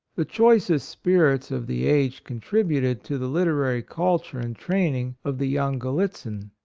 the choicest spirits of the age contributed to the literary culture and training of the young gallit zin,